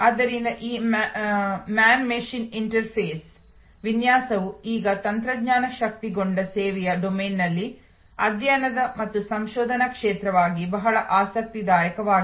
ಆದ್ದರಿಂದ ಈ man machine interface ವಿನ್ಯಾಸವು ಈಗ ತಂತ್ರಜ್ಞಾನ ಶಕ್ತಗೊಂಡ ಸೇವೆಯ ಡೊಮೇನ್ನಲ್ಲಿ ಅಧ್ಯಯನ ಮತ್ತು ಸಂಶೋಧನಾ ಕ್ಷೇತ್ರವಾಗಿ ಬಹಳ ಆಸಕ್ತಿದಾಯಕವಾಗಿದೆ